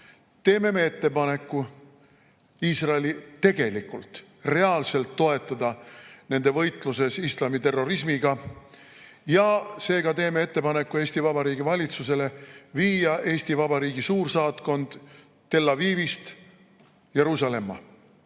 teeme me ettepaneku Iisraeli tegelikult, reaalselt toetada nende võitluses islamiterrorismiga. Seega teeme ettepaneku Eesti Vabariigi valitsusele viia Eesti Vabariigi suursaatkond Tel Avivist Jeruusalemma.